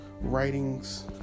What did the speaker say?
writings